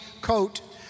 COAT